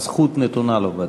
הזכות ודאי נתונה לו.